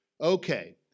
Okay